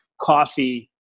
coffee